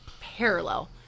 parallel